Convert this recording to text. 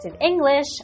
English